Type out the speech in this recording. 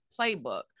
playbook